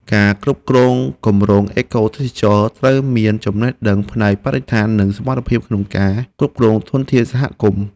អ្នកគ្រប់គ្រងគម្រោងអេកូទេសចរណ៍ត្រូវមានចំណេះដឹងផ្នែកបរិស្ថាន និងសមត្ថភាពក្នុងការគ្រប់គ្រងធនធានសហគមន៍។